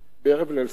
בערב ליל הסדר,